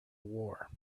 war